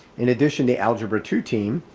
in addition to algebra two team,